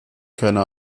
keine